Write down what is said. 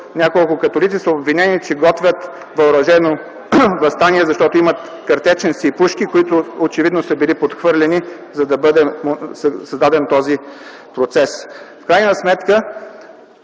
няколко католици са обвинени, че готвят въоръжено въстание, защото имат картечници и пушки, които очевидно са били подхвърлени, за да бъде създаден този процес. В крайна сметка